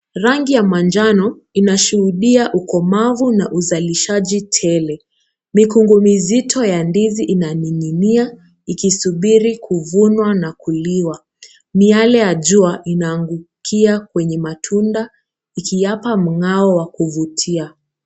Rangi ya manjano inashuhudia ukomavu na uzalishaji tele, mikungu mizito ya ndizi inang'inia ikisubiri kuvunywa na kuliwa. Miqle ya jua inaangukia kwenye matunda ikiyapa mung'ao wa kuvutia.